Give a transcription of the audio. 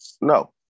no